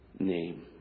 name